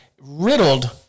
riddled